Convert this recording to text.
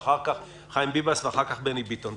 ואחר כך נשמע את חיים ביבס ואחריו את בני ביטון.